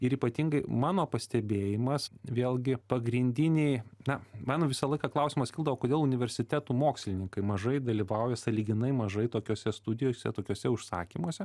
ir ypatingai mano pastebėjimas vėlgi pagrindiniai na man visą laiką klausimas kildavo kodėl universitetų mokslininkai mažai dalyvauja sąlyginai mažai tokiose studijose tokiuose užsakymuose